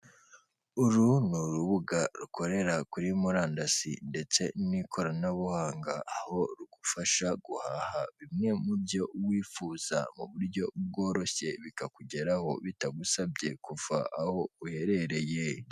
Uru ni urubuga rukorera kuri murandasi ndetse n'ikoranabuhanga, aho rugufasha guhaha bimwe mu byo wifuza muburyo bworoshye bikakugeraho bitagusabye kuva aho uherereye.